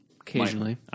occasionally